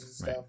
right